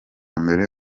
mbere